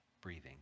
breathing